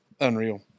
unreal